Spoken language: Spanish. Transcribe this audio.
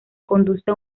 conduce